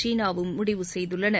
சீனாவும் முடிவு செய்துள்ளன